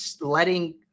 letting